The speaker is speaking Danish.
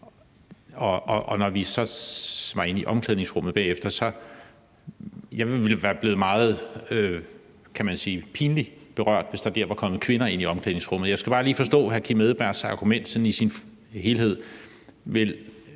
og når vi så var inde i omklædningsrummet bagefter, ville jeg være blevet meget pinlig berørt, hvis der var kommet kvinder ind i omklædningsrummet. Jeg skal bare lige forstå hr. Kim Edberg Andersens argument sådan i sin helhed. Vil